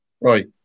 Right